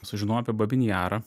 sužinojau apie babyn jarą